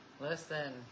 Listen